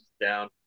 down